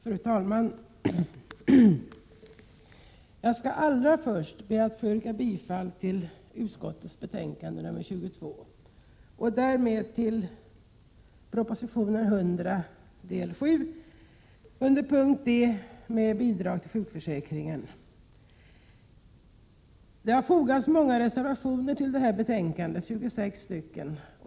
Fru talman! Allra först skall jag be att få yrka bifall till utskottets hemställan i betänkande 22 och därmed bifall till proposition 1987/88:100, bil. 7 under punkt D 1 Bidrag till sjukförsäkringen. Det har fogats många reservationer till detta betänkande — 26.